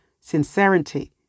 sincerity